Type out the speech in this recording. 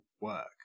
work